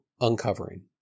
uncovering